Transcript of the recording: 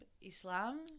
Islam